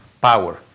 power